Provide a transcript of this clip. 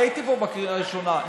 הייתי פה בקריאה הראשונה.